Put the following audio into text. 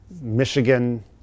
Michigan